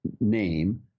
name